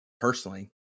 personally